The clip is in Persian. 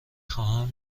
خواهم